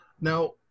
Now